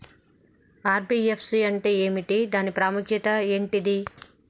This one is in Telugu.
ఎన్.బి.ఎఫ్.సి అంటే ఏమిటి దాని ప్రాముఖ్యత ఏంటిది?